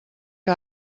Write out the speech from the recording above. que